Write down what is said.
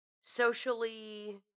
socially